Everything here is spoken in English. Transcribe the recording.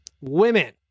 women